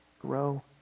grow